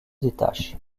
détache